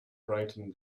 brightened